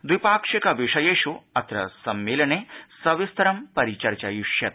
द्वि पाक्षिकविषयेष् अत्र सम्मेलनं सविस्तरं परिचर्चयिष्यते